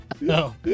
No